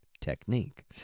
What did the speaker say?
technique